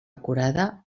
acurada